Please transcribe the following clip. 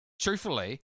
truthfully